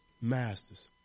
masters